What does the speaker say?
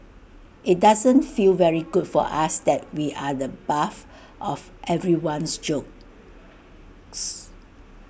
IT doesn't feel very good for us that we're the buff of everyone's jokes